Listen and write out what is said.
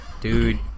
Dude